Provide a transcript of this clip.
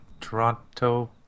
Toronto